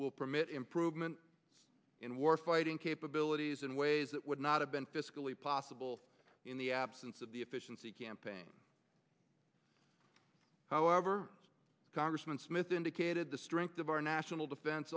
will permit improvement in war fighting capabilities in ways that would not have been fiscally possible in the absence of the efficiency campaign however as congressman smith indicated the strength of our national defen